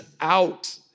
out